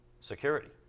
security